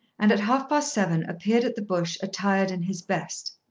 and at half-past seven appeared at the bush attired in his best.